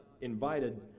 invited